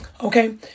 Okay